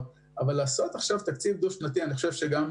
לעשות עכשיו תקציב דו-שנתי, אני מוכרח לציין